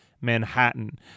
Manhattan